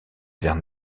vers